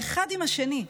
האחד עם השני.